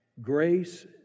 Grace